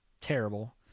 terrible